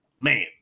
Man